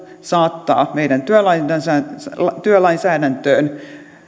saattaa meidän työlainsäädäntöön